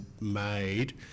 made